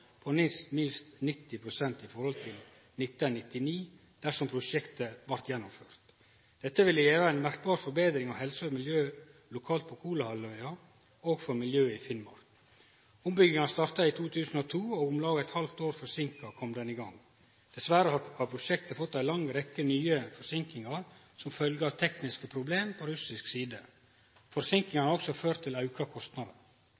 på minst 90 pst. i forhold til 1999 dersom prosjektet blei gjennomført. Dette ville gjeve ei merkbar forbetring av helse og miljø lokalt på Kolahalvøya, og for miljøet i Finnmark. Ombygginga starta i 2002, og om lag eit halvt år forseinka kom ho i gang. Dessverre har prosjektet fått ei lang rekkje nye forseinkingar som følgje av tekniske problem på russisk side.